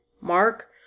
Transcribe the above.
Mark